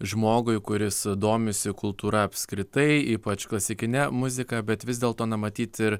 žmogui kuris domisi kultūra apskritai ypač klasikine muzika bet vis dėlto na matyt ir